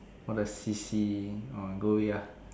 all the sissies orh go away lah